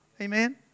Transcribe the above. Amen